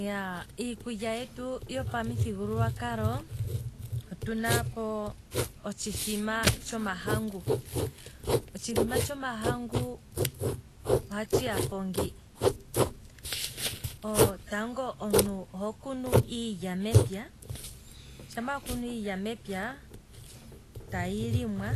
Iyaaa iikulya yetu yopamuthigululwakalo otuna po otshithima tshomahangu, otshithima tshomahangu ohatshi yapo ngii, tango omuntu oho kunu iilya mepya, shama wakunu iilya mepya tayi limwa,